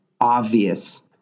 obvious